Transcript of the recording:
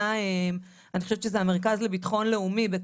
אני חושבת שזה המרכז לביטחון לאומי שיצא